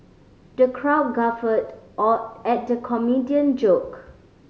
the crowd guffawed or at the comedian joke